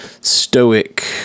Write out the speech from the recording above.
stoic